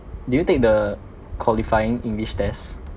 did you take the qualifying english test